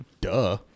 Duh